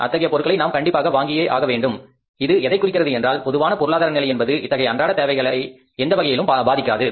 அத்தகைய பொருட்களை நாம் கண்டிப்பாக வாங்கியே ஆகவேண்டும் இது எதைக் குறிக்கிறது என்றால் பொதுவான பொருளாதார நிலை என்பது இத்தகைய அன்றாட தேவைகளை எந்தவகையிலும் பாதிக்காது